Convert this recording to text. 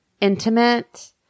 intimate